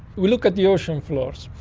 we look at the ocean floors.